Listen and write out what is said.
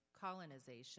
colonization